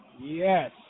Yes